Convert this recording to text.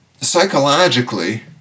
psychologically